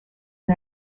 and